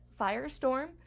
firestorm